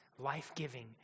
life-giving